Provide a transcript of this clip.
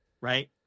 right